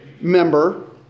member